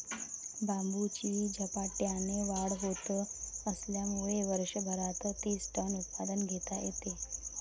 बांबूची झपाट्याने वाढ होत असल्यामुळे वर्षभरात तीस टन उत्पादन घेता येते